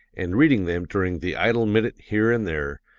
and reading them during the idle minute here and there,